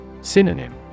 Synonym